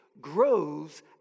grows